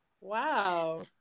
Wow